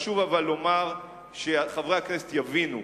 אבל חשוב לומר, שחברי הכנסת יבינו,